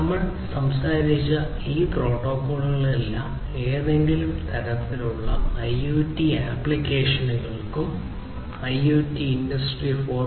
നമ്മൾ സംസാരിച്ച ഈ പ്രോട്ടോക്കോളുകളെല്ലാം ഏതെങ്കിലും തരത്തിലുള്ള ഐഒടി ആപ്ലിക്കേഷനുകൾക്കും ഐഒടി ഇൻഡസ്ട്രി 4